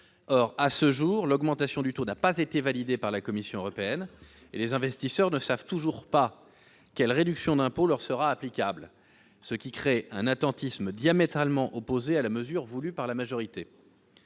Or, à ce jour, l'augmentation de ce taux n'a pas été validée par la Commission européenne. Les investisseurs ne savent donc toujours pas quelle réduction d'impôt leur sera applicable, ce qui crée un attentisme, au rebours de l'intention sous-tendant la mesure voulue par la majorité.